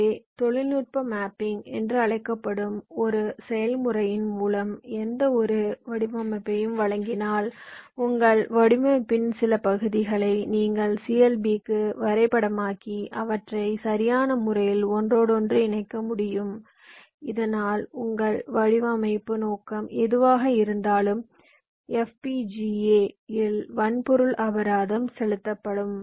எனவே தொழில்நுட்ப மேப்பிங் என்று அழைக்கப்படும் ஒரு செயல்முறையின் மூலம் எந்தவொரு வடிவமைப்பையும் வழங்கினால் உங்கள் வடிவமைப்பின் சில பகுதிகளை நீங்கள் CLBக்கு வரைபடமாக்கி அவற்றை சரியான முறையில் ஒன்றோடொன்று இணைக்க முடியும் இதனால் உங்கள் வடிவமைப்பு நோக்கம் எதுவாக இருந்தாலும் FPGA இல் வன்பொருள் அபராதம் செயல்படுத்தப்படும்